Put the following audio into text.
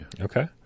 Okay